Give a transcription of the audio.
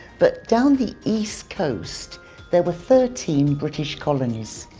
but down the east coast there were thirteen british colonies.